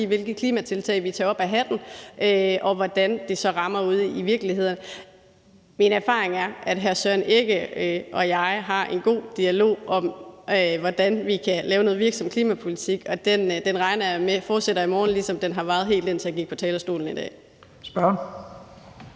hvilke klimatiltag vi tager op af hatten, og hvordan det så rammer ude i virkeligheden. Min erfaring er, at hr. Søren Egge Rasmussen og jeg har en god dialog om, hvordan vi kan lave noget virksom klimapolitik, og den regner jeg med fortsætter i morgen, ligesom den har varet, helt indtil jeg gik på talerstolen i dag.